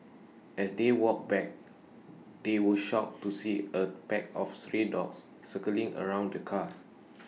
as they walked back they were shocked to see A pack of stray dogs circling around the cars